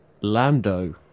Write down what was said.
Lando